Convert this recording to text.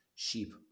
sheep